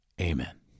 amen